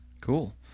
Cool